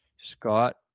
Scott